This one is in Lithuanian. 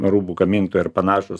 rūbų gamintojai ir panašūs